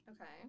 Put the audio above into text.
Okay